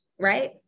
Right